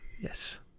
Yes